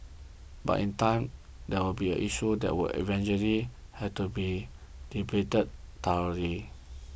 but in time this will be an issue that will eventually have to be debated thoroughly